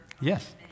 Yes